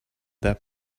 that